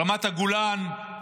רמת הגולן,